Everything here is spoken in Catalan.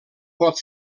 pot